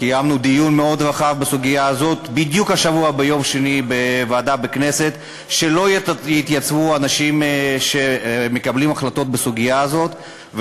קיימנו בדיוק השבוע ביום שני בוועדה בכנסת דיון מאוד רחב בסוגיה הזאת,